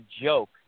joke